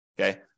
Okay